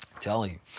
Telling